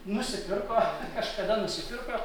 nusipirko kažkada nusipirko